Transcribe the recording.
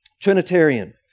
Trinitarian